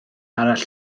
arall